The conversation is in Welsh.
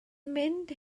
mynd